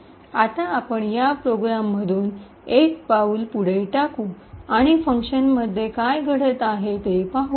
आता आपण या प्रोग्राम मधून एक पाऊल टाकू आणि फंक्शनमध्ये काय घडत आहे ते पहा